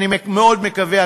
אני מאוד מקווה,